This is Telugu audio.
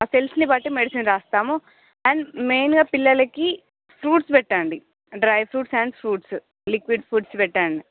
ఆ సెల్స్ని బట్టి మెడిసిన్ రాస్తాము అండ్ మెయిన్గా పిల్లలకి ఫ్రూట్స్ పెట్టండి dry fruits and fruits liquids foods పెట్టండి